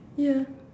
ya